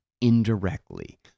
indirectly